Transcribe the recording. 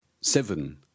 Seven